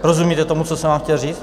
Rozumíte tomu, co jsem vám chtěl říct?